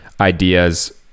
ideas